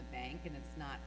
the bank and it's not